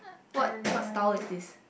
what what style is this